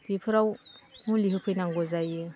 बेफोराव मुलि होफैनांगौ जायो